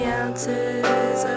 ounces